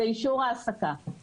זה אישור העסקה.